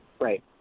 Right